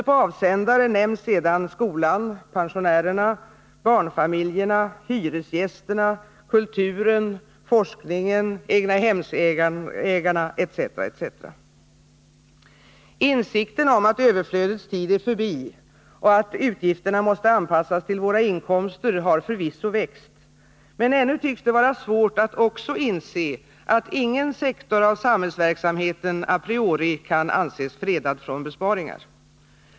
pensionärerna, barnfamiljerna, hyresgästerna, kulturen, forskningen, egna Beroende på avsändare nämns sedan skolan, Insikten om att överflödets tid är förbi och att utgifterna måste anpassas till våra inkomster har förvisso växt, men ännu tycks det vara svårt att också inse att ingen sektor av samhällsverksamheten a priori kan anses fredad från besparingar.